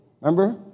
Remember